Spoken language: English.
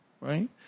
Right